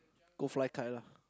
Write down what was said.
go fly kite lah